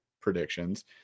predictions